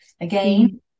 again